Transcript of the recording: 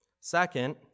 Second